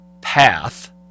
path